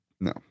no